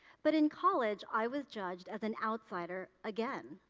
but in college, i was judged as an outsider again.